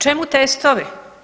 Čemu testovi?